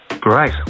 Great